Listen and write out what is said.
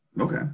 okay